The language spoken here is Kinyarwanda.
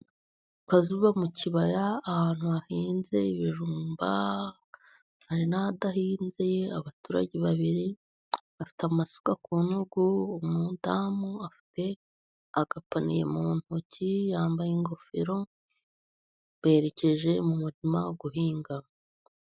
Ku kazuba uba mu kibaya, ahantu hahinze ibijumba, hari n'ahadahinze, abaturage babiri afite amasuka ku ntugu, umudamu afite agapanniye mu ntoki, yambaye ingofero, berekeje mu murima guhinga.